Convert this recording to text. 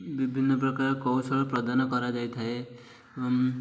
ବିଭିନ୍ନ ପ୍ରକାର କୌଶଳ ପ୍ରଦାନ କରାଯାଇଥାଏ ଏବଂ